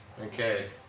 Okay